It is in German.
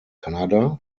kanada